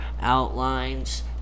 outlines